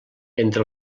entre